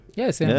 Yes